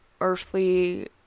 earthly